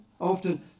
often